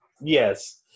Yes